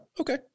Okay